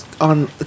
on